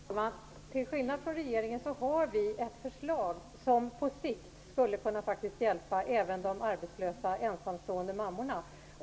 Fru talman! Till skillnad från regeringen har vi ett förslag som på sikt faktiskt skulle kunna hjälpa även de arbetslösa ensamstående mammorna.